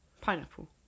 Pineapple